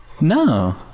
No